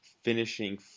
finishing